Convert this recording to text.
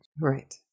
Right